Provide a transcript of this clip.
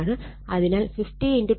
അതിനാൽ 50 10 6 2π 100